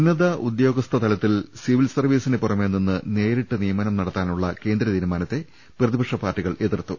ഉന്നത ഉദ്യോഗതലത്തിൽ സിവിൽ സർവീസിന് പുറമെ നിന്ന് നേരിട്ട് നിയമനം നടത്താനുള്ള കേന്ദ്ര തീരുമാനത്തെ പ്രതി പക്ഷ പാർട്ടികൾ എതിർത്തു